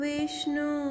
Vishnu